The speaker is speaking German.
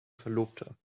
verlobter